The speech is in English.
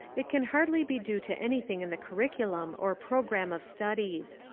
it can hardly be due to anything in the curriculum or programme of studies.